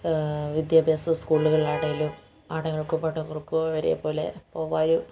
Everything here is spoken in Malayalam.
വിദ്യാഭ്യാസം സ്ക്കൂളുകളിലാണേലും ആണുങ്ങൾക്കും പെണ്ണുങ്ങൾക്കും ഒരേപോലെ പോകാനും